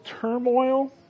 turmoil